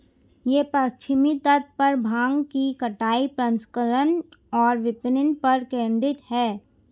यह पश्चिमी तट पर भांग की कटाई, प्रसंस्करण और विपणन पर केंद्रित है